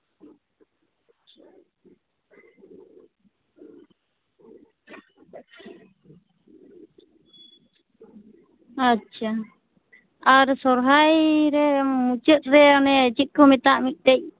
ᱟᱪᱪᱷᱟ ᱟᱨ ᱥᱚᱨᱦᱟᱭᱨᱮ ᱢᱩᱪᱟᱹᱫ ᱨᱮ ᱚᱱᱮ ᱪᱮᱫᱠᱚ ᱢᱮᱛᱟᱜ ᱢᱤᱫᱴᱮᱱ